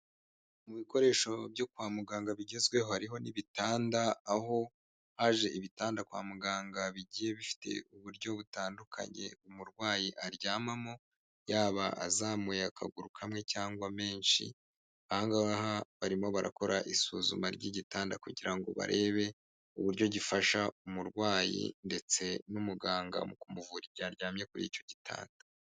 Mu bikoresho byo kwa muganga bigezweho hariho n'ibitanda, aho haje ibitanda kwa muganga bigiye bifite uburyo butandukanye umurwayi aryamamo, yaba azamuye akaguru kamwe cyangwa menshi, aha ngaha barimo barakora isuzuma ry'igitanda kugira ngo barebe uburyo gifasha umurwayi ndetse n'umuganga mu kumuvura igihe aryamye kuri icyo gitanda.